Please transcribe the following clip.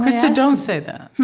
krista, don't say that.